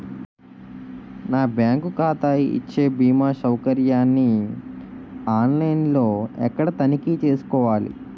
నా బ్యాంకు ఖాతా ఇచ్చే భీమా సౌకర్యాన్ని ఆన్ లైన్ లో ఎక్కడ తనిఖీ చేసుకోవాలి?